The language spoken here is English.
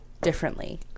differently